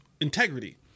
Integrity